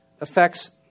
affects